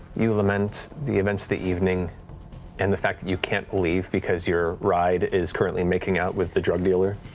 you lament the events of the evening and the fact that you can't leave because your ride is currently making out with the drug dealer.